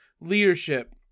leadership